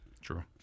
True